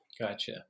Gotcha